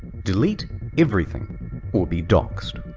delete everything or be doxxed.